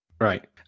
Right